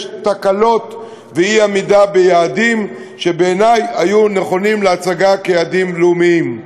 יש תקלות ואי-עמידה ביעדים שבעיני היו נכונים להצגה כיעדים לאומיים.